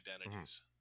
identities